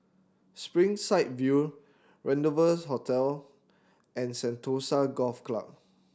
Springside View Rendezvous Hotel and Sentosa Golf Club